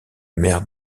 mère